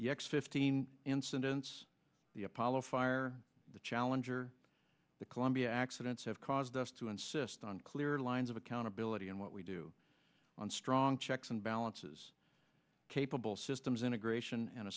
the x fifteen incidents the apollo fire the challenger the columbia accidents have caused us to insist on clear lines of accountability and what we do on strong checks and balances capable systems integration and a